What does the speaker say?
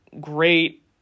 great